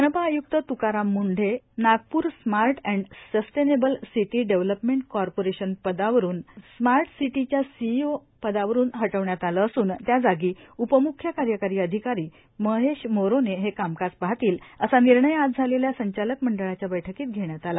मनपा आय्क्त त्काराम म्ंढे याप्ढे smart and sustainable city development corporation पदावरून हटवण्यात आलं असून त्याजागी उपम्ख्य कार्यकारी अधिकारी महेश मोरोने हे कामकाज पाहतील असा निर्णय आज झालेल्या संचालक मंडळाच्या बैठकीत घेण्यात आला